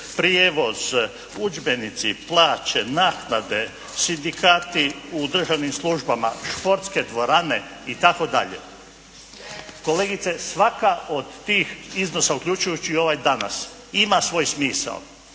prijevoz, udžbenici, plaće, naknade, sindikati u državnim službama, športske dvorane i tako dalje. Kolegice svaka od tih iznosa uključujući i ovaj danas ima svoj smisao.